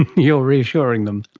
you're reassuring them?